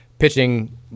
Pitching